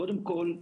קודם כול,